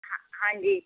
ਹਾਂਜੀ